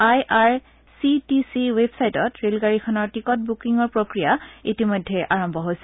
আই R C T C ৱেবচাইতত ৰেলগাড়ীখনৰ টিকত বুকিংৰ প্ৰক্ৰিয়া ইতিমধ্যে আৰম্ভ হৈছে